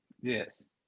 Yes